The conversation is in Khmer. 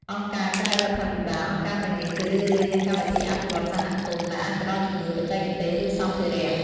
អង្គការក្រៅរដ្ឋាភិបាល អង្គការទាំងនេះជារឿយៗមានកម្មវិធីអភិវឌ្ឍន៍សហគមន៍ ដែលអាចផ្តល់ជំនួយបច្ចេកទេស ឬសម្ភារៈ។